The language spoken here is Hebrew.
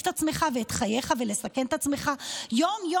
את עצמך ואת חייך ולסכן את עצמך יום-יום,